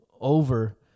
over